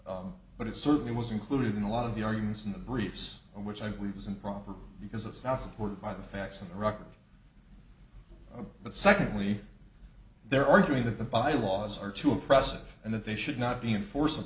d but it certainly was included in a lot of the arguments in the briefs which i believe was improper because it's not supported by the facts in the record but secondly they're arguing that the bylaws are too oppressive and that they should not be enforce